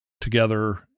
together